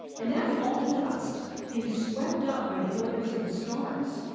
and that's all the dust being swept up by the orbits of the stars.